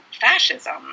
fascism